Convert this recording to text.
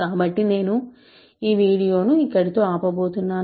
కాబట్టి నేను ఈ వీడియోను ఇక్కడితో ఆపబోతున్నాను